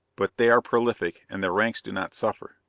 but they are prolific, and their ranks do not suffer.